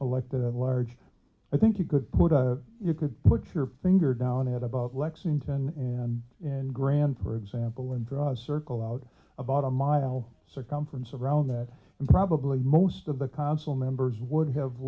elected at large i think you could put a you could put your finger down at about lexington and in grand for example and draw a circle out about a mile circumference around that and probably most of the consul members would have